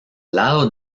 lado